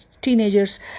teenagers